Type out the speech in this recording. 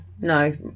no